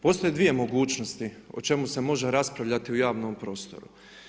Postoje dvije mogućnosti o čemu se može raspravljati u javnom prostoru.